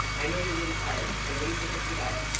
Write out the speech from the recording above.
i know you're really tired. i know you think it's the diet.